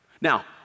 Now